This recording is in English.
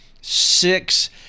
six